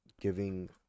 giving